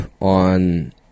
on